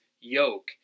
yoke